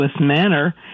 manner